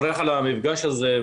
בדיון המכובד הזה,